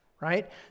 right